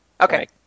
Okay